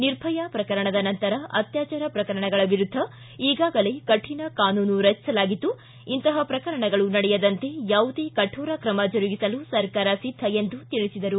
ನಿರ್ಭಯ ಪ್ರಕರಣದ ನಂತರ ಅತ್ಯಾಚಾರ ಪ್ರಕರಣಗಳ ವಿರುದ್ಧ ಈಗಾಗಲೇ ಕಠಿಣ ಕಾನೂನು ರಚಿಸಲಾಗಿದ್ದು ಇಂತಪ ಪ್ರಕರಣಗಳು ನಡೆಯದಂತೆ ಯಾವುದೇ ಕೋರ ಕ್ರಮ ಜರುಗಿಸಲು ಸರ್ಕಾರ ಸಿದ್ದ ಎಂದು ತಿಳಿಸಿದರು